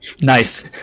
nice